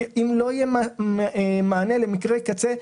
כי אם לא יהיה מענה למקרי קצה,